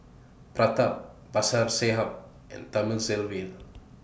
Pratap Babasaheb and Thamizhavel